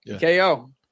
KO